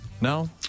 No